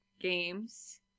games